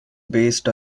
based